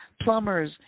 plumbers